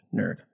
nerd